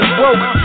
broke